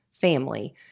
family